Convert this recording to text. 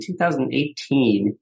2018